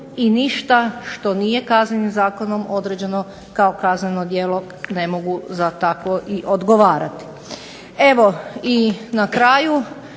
i ništa što nije Kaznenim zakonom određeno kao kazneno djelo ne mogu za takvo i odgovarati. Evo i na kraju,